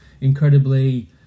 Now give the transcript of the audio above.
incredibly